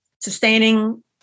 sustaining